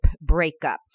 breakup